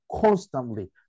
constantly